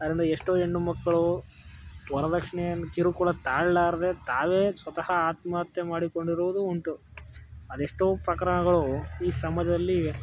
ಆದ್ದರಿಂದ ಎಷ್ಟೋ ಹೆಣ್ಣು ಮಕ್ಕಳು ವರ್ದಕ್ಷಿಣೆಯ ಕಿರುಕುಳ ತಾಳಲಾರ್ದೆ ತಾವೇ ಸ್ವತಃ ಆತ್ಮಹತ್ಯೆ ಮಾಡಿಕೊಂಡಿರುವುದೂ ಉಂಟು ಅದೆಷ್ಟೋ ಪ್ರಕರಣಗಳು ಈ ಸಮಾಜದಲ್ಲಿ